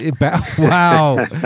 wow